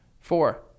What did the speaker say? Four